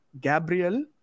Gabriel